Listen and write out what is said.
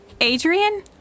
Adrian